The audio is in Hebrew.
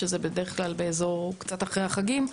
שזה בדרך כלל קצת אחרי החגים,